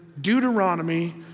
Deuteronomy